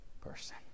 person